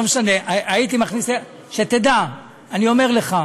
לא משנה, שתדע, אני אומר לך: